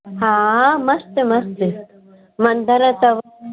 हा मस्तु मस्तु मंदरु अथव